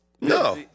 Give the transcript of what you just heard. no